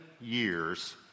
years